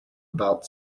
about